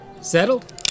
Settled